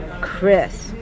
Chris